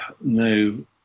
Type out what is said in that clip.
no